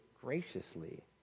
graciously